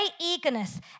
eagerness